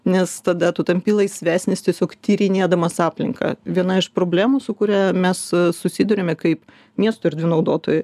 nes tada tu tampi laisvesnis tiesiog tyrinėdamas aplinką viena iš problemų su kuria mes susiduriame kaip miesto erdvių naudotojai